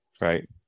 Right